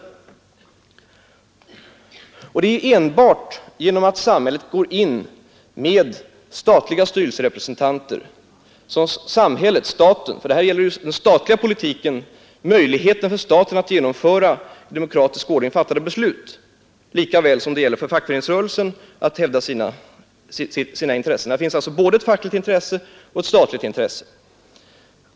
Här gäller det den statliga politiken, möjligheten för staten att genomföra i demokratisk ordning fattade beslut, likaväl som det gäller för fackföreningsrörelsen att hävda sina intressen. Här finns alltså både ett fackligt intresse och ett statligt intresse.